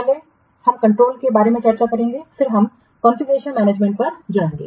पहले हमें कंट्रोल के बारे में चर्चा करेंगे फिर हम कॉन्फ़िगरेशनमैनेजमेंट पर जाएंगे